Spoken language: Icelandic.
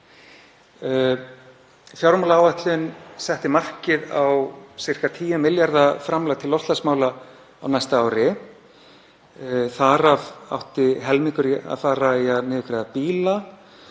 Fjármálaáætlun setti markið á um 10 milljarða framlag til loftslagsmála á næsta ári. Þar af átti helmingur að fara í að niðurgreiða bíla